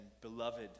Beloved